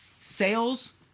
sales